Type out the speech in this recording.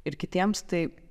ir kitiems tai